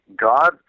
God